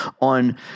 on